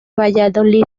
valladolid